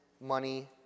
money